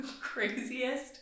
craziest